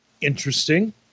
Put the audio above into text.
Interesting